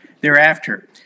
thereafter